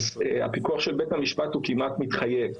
הפיקוח של בית המשפט הוא כמעט מתחייב.